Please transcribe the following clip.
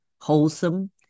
wholesome